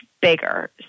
bigger